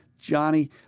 Johnny